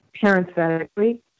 parenthetically